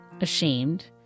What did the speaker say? ashamed